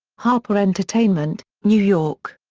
harper entertainment new york.